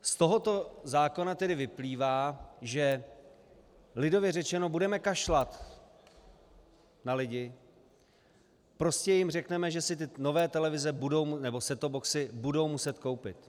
Z tohoto zákona tedy vyplývá, že, lidově řečeno, budeme kašlat na lidi, prostě jim řekneme, že si ty nové televize nebo settop boxy budou muset koupit.